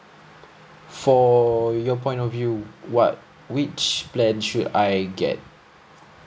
for your point of view what which plan should I get